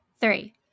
three